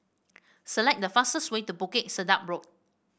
select the fastest way to Bukit Sedap Road